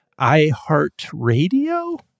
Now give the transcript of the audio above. iHeartRadio